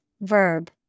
verb